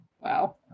Wow